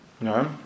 No